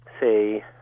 say